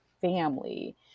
family